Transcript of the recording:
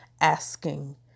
asking